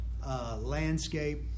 Landscape